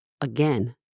again